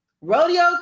Rodeo